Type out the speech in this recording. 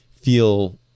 feel